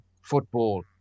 football